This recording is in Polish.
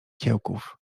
kiełków